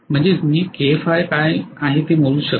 म्हणजेच मी काय आहे ते मोजू शकतो